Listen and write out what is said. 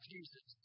Jesus